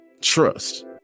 Trust